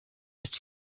ist